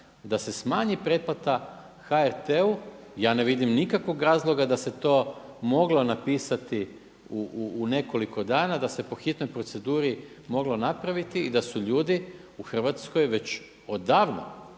da se smanji pretplata HRT-u. Ja ne vidim nikakvog razloga da se to moglo napisati u nekoliko dana, da se po hitnoj proceduri moglo napraviti i da su ljudi u Hrvatskoj već odavno